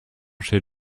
chez